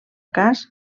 cas